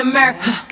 America